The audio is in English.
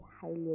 highly